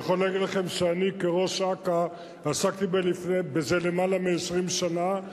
אני יכול להגיד לכם שאני כראש אכ"א עסקתי בזה לפני יותר מ-20 שנה,